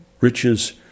riches